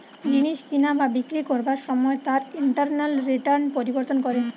জিনিস কিনা বা বিক্রি করবার সময় তার ইন্টারনাল রিটার্ন পরিবর্তন করে